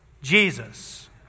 Jesus